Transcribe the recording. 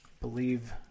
believe